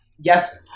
Yes